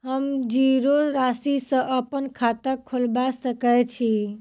हम जीरो राशि सँ अप्पन खाता खोलबा सकै छी?